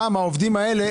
הפעם העובדים האלה,